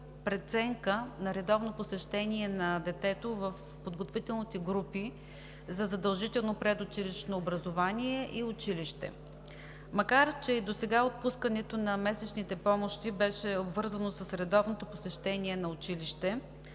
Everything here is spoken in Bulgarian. преценка за редовно посещение на детето в подготвителните групи за задължително предучилищно образование и училище. Макар че и досега отпускането на месечните помощи беше обвързано с редовното посещение на училище,